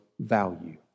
value